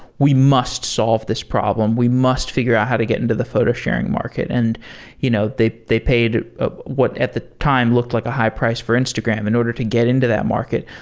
we must solve this problem. we must figure out how to get into the photo sharing market. and you know they they paid what at the time, looked like a high price for instagram in order to get into that market.